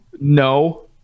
no